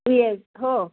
yes हो